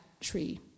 tree